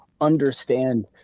understand